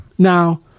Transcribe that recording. Now